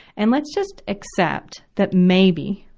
and let's just accept that maybe,